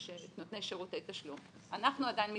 נותני שירותי תשלום, אנחנו עדיין מתלבטים.